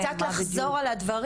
זה קצת לחזור על הדברים,